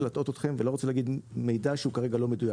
להטעות אתכם ולהגיד מידע שהוא לא מדויק,